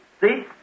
See